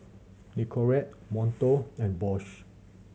Nicorette Monto and Bose